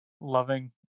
loving